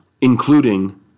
including